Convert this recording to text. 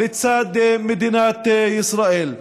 לצד מדינת ישראל.